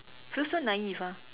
feel so naive ah